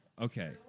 Okay